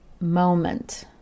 moment